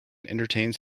entertains